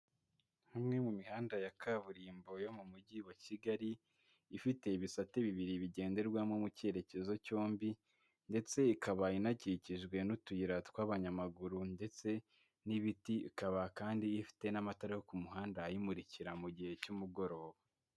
Umwe mu mihanda ya kaburimbo yo mu mujyi wa Kigali ifite ibisate bibiri bigenderwamo mu cyerekezo cyombi ndetse ikaba inakikijwe n'utuyira tw'abanyamaguru ndetse n'ibiti, ikaba kandi ifite n'amatara yo ku muhanda ayimurikira mu gihe cy'umugoroba.